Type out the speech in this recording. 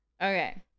Okay